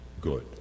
good